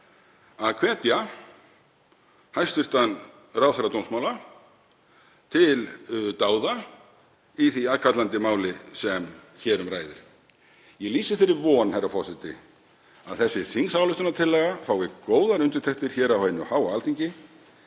að hvetja hæstv. ráðherra dómsmála til dáða í því aðkallandi máli sem hér um ræðir. Ég lýsi þeirri von, herra forseti, að þessi tillaga fái góðar undirtektir hér á hinu háa Alþingi